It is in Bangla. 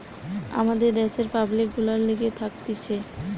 আমাদের দ্যাশের পাবলিক গুলার লিগে থাকতিছে